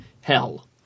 hell